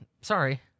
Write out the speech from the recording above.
sorry